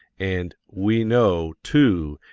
and we know, too,